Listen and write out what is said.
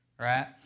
Right